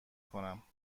کنم